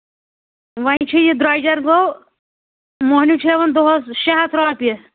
وۄنۍ چھِ یہِ درٛوٚجَر گوٚو موٚہنیوٗ چھُ ہٮ۪وان دۄہَس شےٚ ہَتھ رۄپیہِ